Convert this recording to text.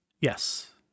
Yes